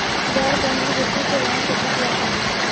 गैर बैंकिंग वित्तीय सेवाओं केतना प्रकार के होला?